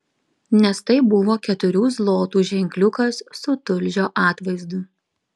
nes tai buvo keturių zlotų ženkliukas su tulžio atvaizdu